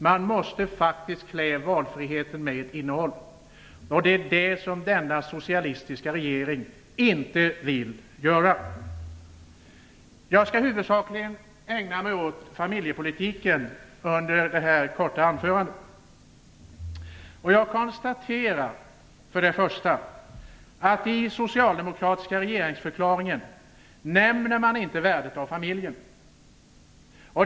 Man måste faktiskt klä valfriheten med ett innehåll. Det är det som den socialistiska regeringen inte vill göra. Jag skall huvudsakligen ägna mig åt familjepolitiken under detta korta anförande. Jag konstaterar att man i den socialdemokratiska regeringsförklaringen inte nämner värdet av familjen.